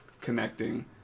connecting